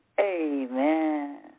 Amen